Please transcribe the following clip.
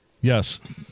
Yes